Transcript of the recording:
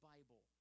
Bible